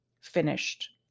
finished